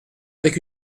avec